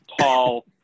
tall